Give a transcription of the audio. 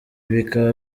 bikaba